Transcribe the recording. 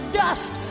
dust